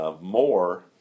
more